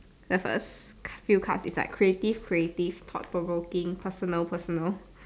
just us few cards is like creative creative thought provoking personal personal